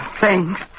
Thanks